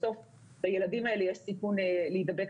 בסוף לילדים האלה יש סיכון להידבק.